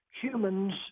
humans